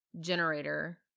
generator